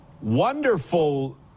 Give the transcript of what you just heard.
Wonderful